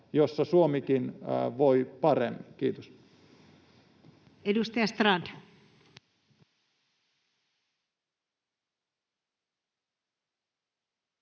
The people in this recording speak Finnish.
jossa Suomikin voi paremmin. — Kiitos. Edustaja Strand.